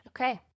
Okay